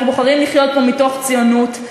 אנחנו בוחרים לחיות פה מתוך ציונות,